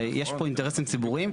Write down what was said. שיש בו אינטרסים ציבוריים,